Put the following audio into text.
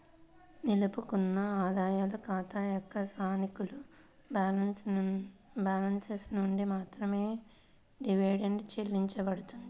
నిలుపుకున్న ఆదాయాల ఖాతా యొక్క సానుకూల బ్యాలెన్స్ నుండి మాత్రమే డివిడెండ్ చెల్లించబడుతుంది